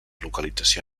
localització